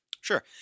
Sure